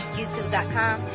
YouTube.com